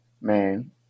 Man